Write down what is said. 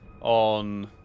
on